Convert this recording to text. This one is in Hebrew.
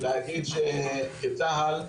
כצה"ל,